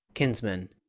kinsmen,